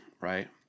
right